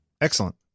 Excellent